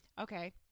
Okay